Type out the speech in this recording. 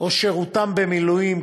או שירותם במילואים,